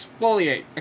exfoliate